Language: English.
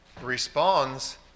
responds